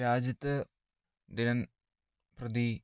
രാജ്യത്ത് ദിനം പ്രതി